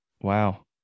Wow